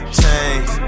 change